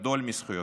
גדול מזכויותיו.